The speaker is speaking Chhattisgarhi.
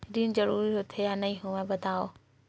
ऋण जरूरी होथे या नहीं होवाए बतावव?